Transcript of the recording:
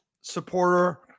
supporter